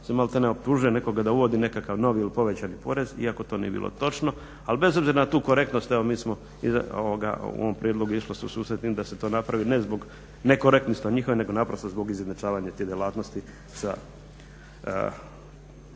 se maltene optužuje nekoga da uvodi nekakav novi ili povećani porez iako to nije bilo točno. Ali bez obzira na tu korektnost, evo mi smo u ovom prijedlogu išlo se u susret tim da se to napravi ne zbog nekorektnosti njihove, nego naprosto zbog izjednačavanja tih djelatnosti sa